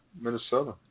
Minnesota